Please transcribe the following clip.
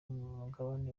mugabane